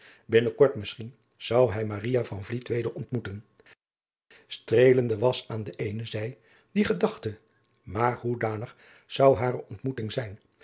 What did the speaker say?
innen kort misschien zou hij weder ontmoeten treelende was aan de eene zij die gedachte maar hoedanig zou hare ontmoeting zijn